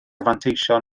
fanteision